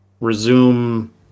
resume